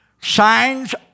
signs